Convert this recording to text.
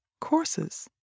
courses